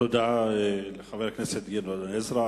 תודה לחבר הכנסת גדעון עזרא.